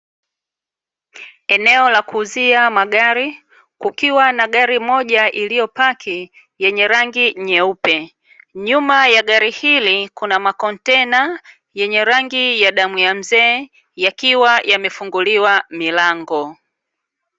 Eneo la kuuzia magari, kukiwa na gari moja iliyopaki yenye rangi nyeupe, nyuma ya gari hili kuna makontena yenye rangi ya damu ya mzee yakiwa yamefunguliwa milango.